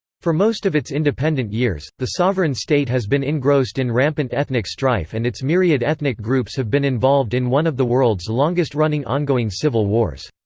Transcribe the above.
for most of its independent years, the sovereign state has been engrossed in rampant ethnic strife and its myriad ethnic groups have been involved in one of the world's longest-running ongoing civil wars.